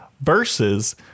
versus